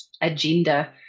agenda